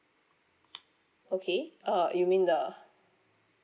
okay uh you mean the